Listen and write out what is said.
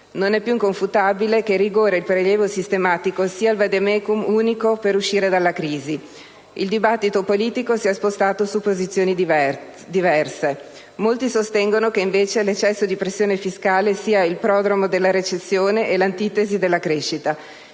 Non è più inconfutabile che il rigore e il prelievo sistematico sia il *vademecum* unico per uscire dalia crisi. Il dibattito politico si è spostato su posizioni diverse. Molti sostengono che invece l'eccesso di pressione fiscale sia il prodromo della recessione e l'antitesi della crescita.